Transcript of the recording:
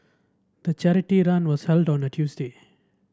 the charity run was held on a Tuesday